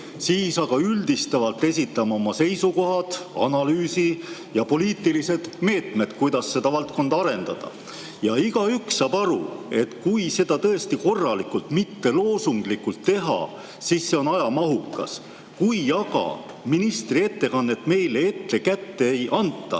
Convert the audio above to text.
siis aga üldistavalt esitama oma seisukohad, analüüsi ja poliitilised meetmed, kuidas seda valdkonda arendada. Igaüks saab aru, et kui seda tõesti korralikult – mitte loosunglikult – teha, siis see on ajamahukas. Kui aga ministri ettekannet meile ette kätte ei anta